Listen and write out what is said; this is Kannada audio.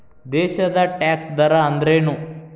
ದೇಶದ್ ಟ್ಯಾಕ್ಸ್ ದರ ಅಂದ್ರೇನು?